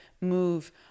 move